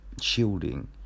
shielding